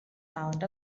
pound